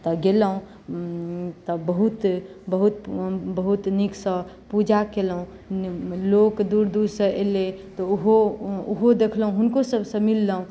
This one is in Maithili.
तऽ गेलौं तऽ बहुत बहुत बहुत नीकसँ पूजा केलहुॅं लोक दूर दूरसँ एलै तऽ ओहो ओहो देखलहुॅं हुनको सबसँ मिललहुॅं